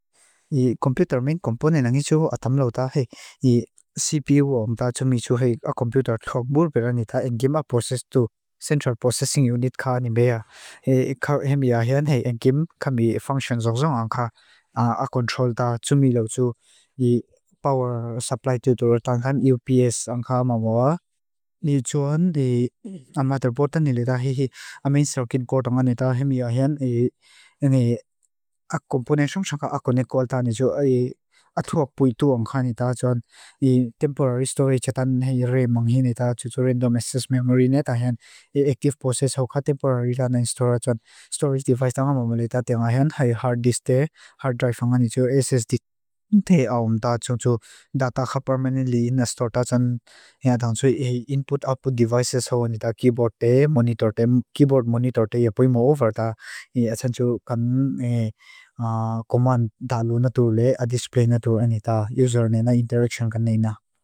I komputer main komponen ang isu ho a tamlo ta hi, i CPU ang ta tumi su hi, a komputer thok mur pera ni ta ingim a process tu, central processing unit ka ni mea. Hemi ahen hi ingim kami function zozon ang ka, a control ta tumi lo su, i power supply tu duro tangan UPS ang ka mamawa. Ni joan, a motherboard ta ni li ta hi hi, a main circuit code angan ni ta, hemi ahen, a komponen song sangka a connect call ta ni jo, a thuak puitu ang ka ni ta, joan, i temporary storage ta ta ni ri manghi ni ta, tsutsu random access memory ne ta ahen, i active process ho ka. Temporary data in storage, joan, storage device ta mamawa li ta ting ahen, hemi hard disk te, hard drive angan ni jo, SSD te aung ta, tsumtsu data kha permanently in a store ta. Joan, hea tangtsu, i input output devices ho ang ni ta, keyboard te, monitor te, keyboard monitor te, ye poi ma over ta, ye achantsu kan, e, a command dalu na tur le, a display na tur ani ta, user ne na, interaction ka ne na.